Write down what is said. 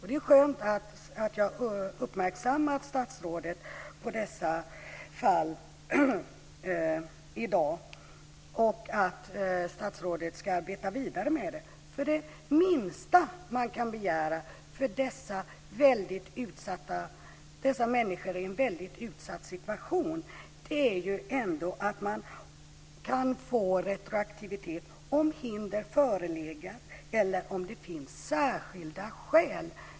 Det är skönt att jag i dag har gjort statsrådet uppmärksam på dessa fall och att statsrådet ska arbeta vidare med saken. Det minsta man kan begära för dessa människor i en så väldigt utsatt situation är ändå att man kan få retroaktivitet om hinder förelegat eller om det finns särskilda skäl.